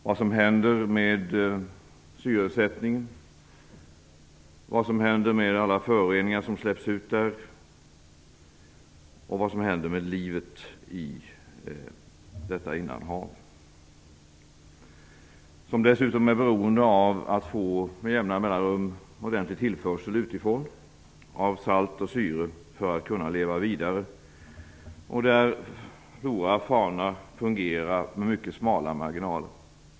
Det är fråga om syresättningen, föroreningar som släpps ut och livet i innanhavet. Östersjön är beroende av att med jämna mellanrum få ordentlig tillförsel utifrån av salt och syre för att kunna leva vidare. Flora och fauna fungerar med smala marginaler.